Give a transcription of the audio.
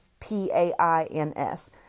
P-A-I-N-S